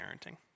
parenting